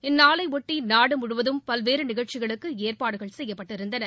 இந்நாளையொட்டி நாடு முழுவதும் பல்வேறு நிகழ்ச்சிகளுக்கு ஏற்பாடுகள் செய்யப்பட்டிருந்தன